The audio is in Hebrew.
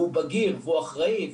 והוא בגיר והוא אחראי,